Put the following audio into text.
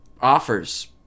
offers